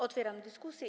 Otwieram dyskusję.